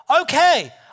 Okay